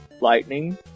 lightning